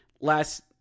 Last